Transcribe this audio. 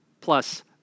plus